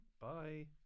Bye